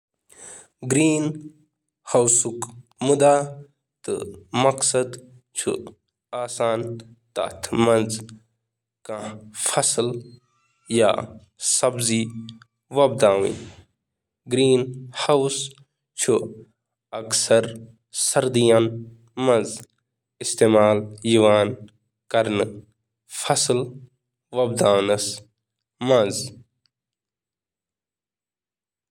Green house ہنٛد مقصد چُھ سبزین ہنٛد شجرکاری خاطرٕ استعمال یوان کرنہٕ تہٕ گرین ہاؤس چُھ اکثر ونٛدس دوران فاسل لگاونہٕ خاطرٕ استعمال یوان کرنہٕ۔